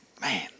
man